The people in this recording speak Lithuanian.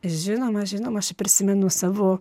žinoma žinoma aš prisimenu savo